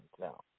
now